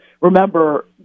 Remember